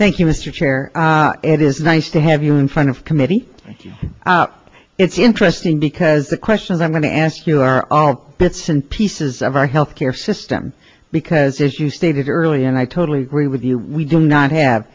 thank you mr chair it is nice to have you in front of committee up it's interesting because the questions i'm going to ask you are all bits and pieces of our health care system because as you stated earlier and i totally agree with you we do